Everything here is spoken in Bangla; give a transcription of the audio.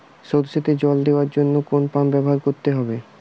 সরষেতে জল দেওয়ার জন্য কোন পাম্প ব্যবহার করতে হবে?